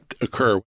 occur